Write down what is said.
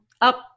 up